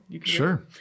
Sure